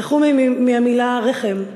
רחומי מהמילה "רחם",